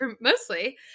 mostly